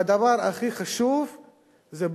והדבר הכי חשוב זה,